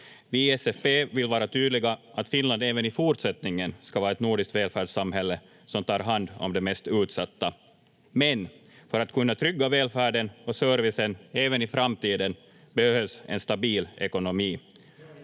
Vi i SFP vill vara tydliga att Finland även i fortsättningen ska vara ett nordiskt välfärdssamhälle som tar hand om de mest utsatta, men för att kunna trygga välfärden och servicen även i framtiden behövs en stabil ekonomi.